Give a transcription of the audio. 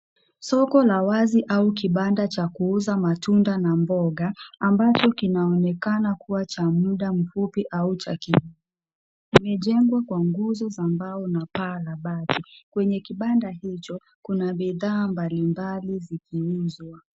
Soko la wazi au kibanda cha kuuza matunda na mboga ambacho kinaonekana kuwa cha muda mfupi au, imejengwa kwa nguzo za mbao na bati. Kwenye kibanda hicho kuna bidhaa mbalmbali zikiuzwa.